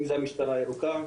אם זה משטרה ירוקה,